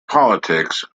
politics